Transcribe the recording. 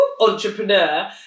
entrepreneur